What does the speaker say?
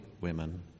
women